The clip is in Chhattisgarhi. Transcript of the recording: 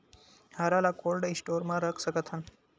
हरा ल कोल्ड स्टोर म रख सकथन?